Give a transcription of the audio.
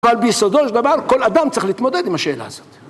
אבל ביסודו של דבר כל אדם צריך להתמודד עם השאלה הזאת.